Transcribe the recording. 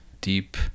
deep